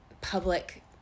public